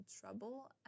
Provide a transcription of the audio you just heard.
trouble